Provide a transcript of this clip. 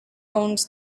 owns